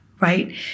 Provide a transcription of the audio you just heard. right